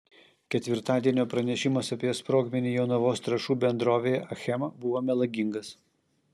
ketvirtadienio pranešimas apie sprogmenį jonavos trąšų bendrovėje achema buvo melagingas